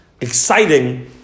exciting